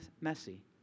messy